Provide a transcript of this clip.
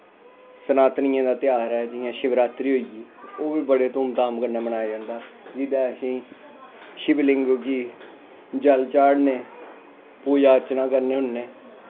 सनातनियें दा तेहार ऐ जि'यां शिवरात्री होई गेई ओह् बी बड़े धूम धाम कन्नै मनाया जंदा जेह्दे च असेंगी शिवलिंग गी जल चाढ़ने पूजा अर्चना करने होन्ने